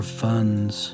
funds